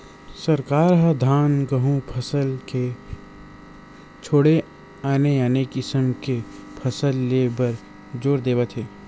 सरकार ह धान, गहूँ फसल के छोड़े आने आने किसम के फसल ले बर जोर देवत हे